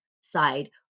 side